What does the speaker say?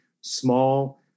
small